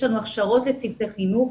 יש לנו הכשרות לצוותי חינוך,